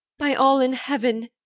by all in heaven,